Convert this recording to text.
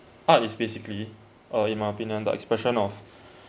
art is basically uh in my opinion the expression of